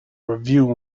review